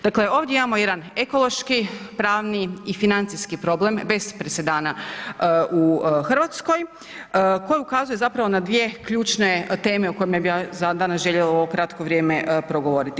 Dakle ovdje imamo jedan ekološki, pravni i financijski problem bez presedana u Hrvatskoj koji ukazuje zapravo na dvije ključne teme o kojima bih ja danas željela u ovo kratko vrijeme progovoriti.